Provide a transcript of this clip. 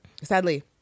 Sadly